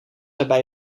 waarbij